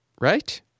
Right